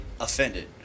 offended